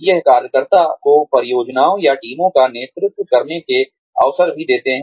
यह कार्यकर्ता को परियोजनाओं या टीमों का नेतृत्व करने के अवसर भी देता है